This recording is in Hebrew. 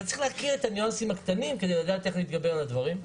אתה צריך להכיר את הניואנסים הקטנים כדי לדעת איך להתגבר על הדברים.